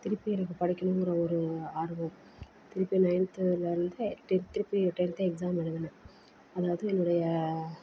திருப்பி எனக்கு படிக்கணுங்கிற ஒரு ஆர்வம் திருப்பி நைன்த்தில் இருந்தே டென்த் திருப்பி டென்த்து எக்ஸாம் எழுதுனேன் அதாவது என்னுடைய